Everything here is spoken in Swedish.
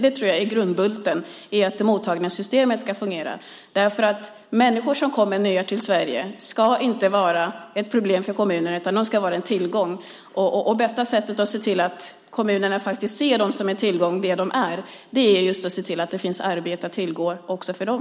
Det tror jag är grundbulten för att mottagningssystemet ska fungera. Människor som kommer nya till Sverige ska inte vara ett problem för kommunerna, utan de ska vara en tillgång. Bästa sättet att se till att kommunerna faktiskt ser dem som den tillgång som de är är just att se till att det finns arbete att tillgå också för dem.